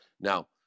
now